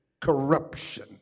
corruption